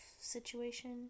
situation